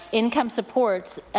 income supports,